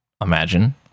imagine